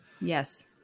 yes